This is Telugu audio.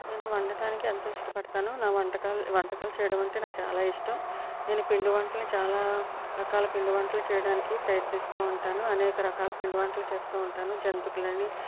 నేను వండటానికి ఎంతో ఇష్టపడతాను నా వంటకాలు వంటకాలు చేయడం అంటే నాకు చాలా ఇష్టం నేను పిండి వంటలని చాలా రకాల పిండి వంటలు చేయడానికి ప్రయత్నిస్తూ ఉంటాను అనేక రకాల పిండి వంటలు చేస్తూ ఉంటాను జంతికలని